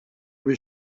was